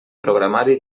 programari